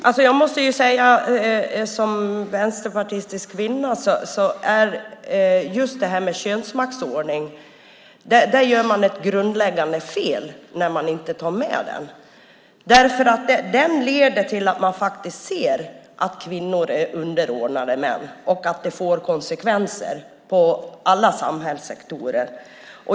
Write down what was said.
Herr talman! Som vänsterpartistisk kvinna tycker jag att man gör ett grundläggande fel när man inte tar med detta med könsmaktsordning. Det leder till att man ser att kvinnor är underordnade män och att det får konsekvenser i alla samhällssektorer.